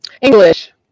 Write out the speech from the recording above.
English